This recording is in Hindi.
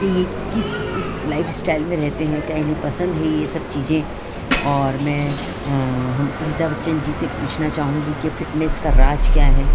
कि किस इस लाइफस्टाइल में रहते हैं क्या इन्हें पसंद है यह सब चीज़ें और मैं हम अमिताभ बच्चन जी से पूछना चाहूँगी कि फिटनेस का राज क्या है